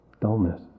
dullness